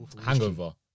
Hangover